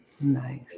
nice